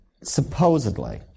supposedly